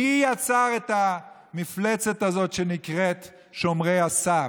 מי יצר את המפלצת הזאת שנקראת "שומרי הסף"?